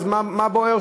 אז מה בוער?